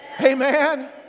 amen